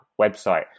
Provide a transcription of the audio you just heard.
website